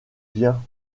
vient